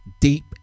deep